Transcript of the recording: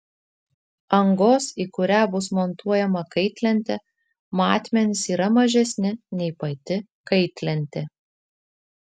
angos į kurią bus montuojama kaitlentė matmenys yra mažesni nei pati kaitlentė